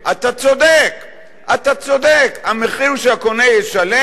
אתה צודק, אתה צודק, המחיר שהקונה ישלם,